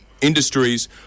industries